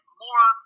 more